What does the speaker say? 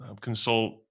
consult